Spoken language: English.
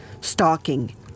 Stalking